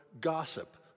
gossip